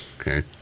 Okay